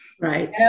Right